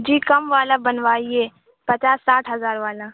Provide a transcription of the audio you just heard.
جی کم والا بنوائیے پچاس ساٹھ ہزار والا